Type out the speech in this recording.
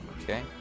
okay